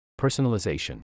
Personalization